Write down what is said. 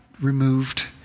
removed